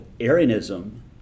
Arianism